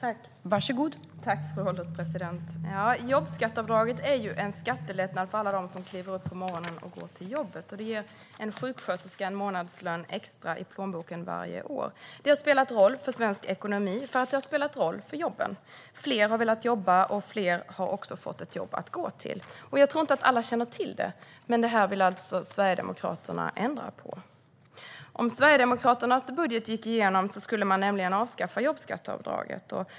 Fru ålderspresident! Jobbskatteavdraget är en skattelättnad för alla som kliver upp på morgonen och går till jobbet. Det ger en sjuksköterska en månadslön extra i plånboken varje år. Det har spelat roll för svensk ekonomi, eftersom det har spelat roll för jobben. Fler har velat jobba, och fler har också fått ett jobb att gå till. Jag tror inte att alla känner till det, men detta vill alltså Sverigedemokraterna ändra på. Om Sverigedemokraternas budget gick igenom skulle man nämligen avskaffa jobbskatteavdraget.